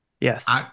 Yes